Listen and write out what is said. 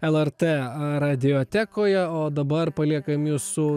lrt radiotekoje o dabar paliekam jus su